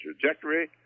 trajectory